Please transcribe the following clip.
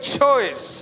choice